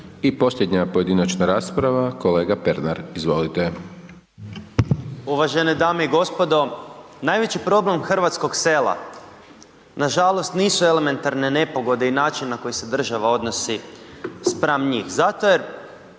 I posljednja pojedinačna rasprava, kolega Pernar izvolite. **Pernar, Ivan (Živi zid)** Uvažene dame i gospodo, najveći problem hrvatskog sela na žalost nisu elementarne nepogode i način na koji se država odnosi spram njih, zato jer